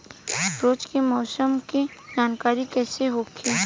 रोज के मौसम के जानकारी कइसे होखि?